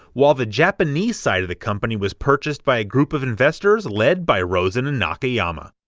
while the japanese side of the company was purchased by a group of investors led by rosen and nakayama.